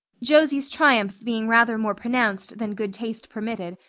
josie's triumph being rather more pronounced than good taste permitted,